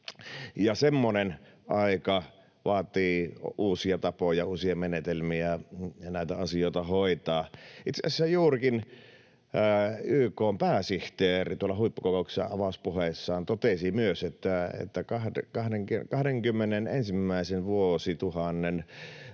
semmoinen aika vaatii uusia tapoja, uusia menetelmiä näitä asioita hoitaa. Itse asiassa juurikin YK:n pääsihteeri tuolla huippukokouksessa avauspuheessaan totesi myös, että 21. ensimmäisen